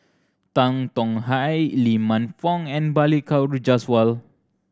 Tan Tong Hye Lee Man Fong and Balli Kaur Jaswal